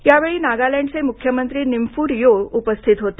या वेळी नागालँडचे मुख्यमंत्री निंफू रिओ उपस्थित होते